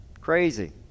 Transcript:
Crazy